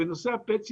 בנושא ה-PET CT,